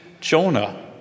Jonah